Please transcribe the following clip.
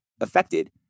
affected